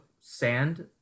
sand